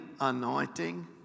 anointing